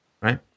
right